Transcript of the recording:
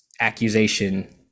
accusation